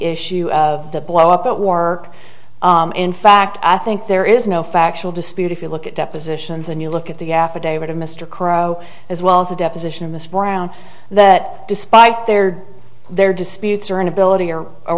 issue of the blow up at war in fact i think there is no factual dispute if you look at depositions and you look at the affidavit of mr crowe as well as the deposition of mr brown that despite their their disputes or inability or or